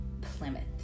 plymouth